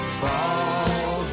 fall